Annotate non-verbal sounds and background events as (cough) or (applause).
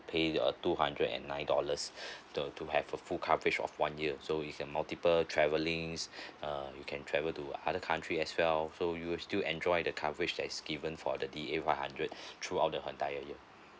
pay uh two hundred and nine dollars (breath) to to have a full coverage of one year so is a multiple travellings uh you can travel to other country as well so you will still enjoy the coverage that is given for the D A five hundred throughout the entire year